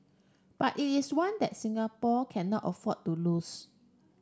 but it is one that Singapore cannot afford to lose